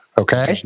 okay